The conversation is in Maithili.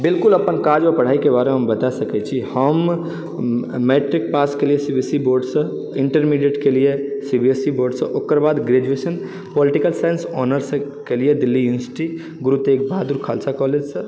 बिलकुल अपन काज आओर पढाइके बारेमे हम बता सकै छी हम मैट्रिक पास कए लियै सी बी एस ई बोर्डसँ इन्टरमीडिएट कए लियै सी बी एस ई बोर्डसँ ओकराबाद ग्रेजुएशन पॉलिटिकल साइंस ऑनर्ससँ कए लियै दिल्ली युनिवर्सिटी गुरु तेगबहादुर खालसा कॉलेजसँ